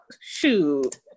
shoot